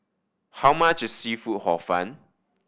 how much is seafood Hor Fun